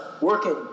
working